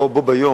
באו בו ביום